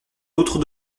d’autres